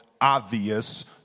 obvious